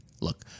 Look